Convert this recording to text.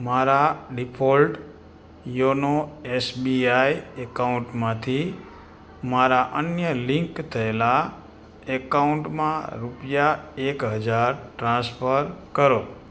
મારા default YONO SBI એકાઉન્ટમાંથી મારાં અન્ય લિંક થયેલાં એકાઉન્ટમાં રૂપિયા એક હજાર ટ્રાન્સફર કરો